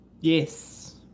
Yes